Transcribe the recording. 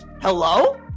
Hello